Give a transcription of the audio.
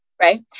Right